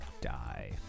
die